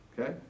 Okay